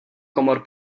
komor